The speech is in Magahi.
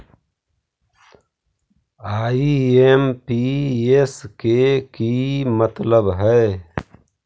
आई.एम.पी.एस के कि मतलब है?